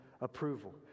approval